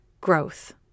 growth